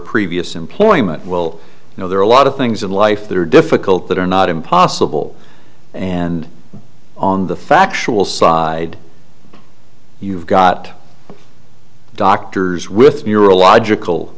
previous employment well you know there are a lot of things in life that are difficult that are not impossible and on the factual side you've got doctors with neurological